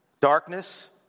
darkness